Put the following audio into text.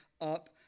up